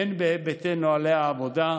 הן בהיבט נוהלי העבודה,